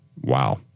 Wow